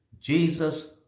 Jesus